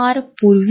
मी तयार आहे